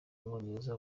w’umwongereza